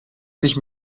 sich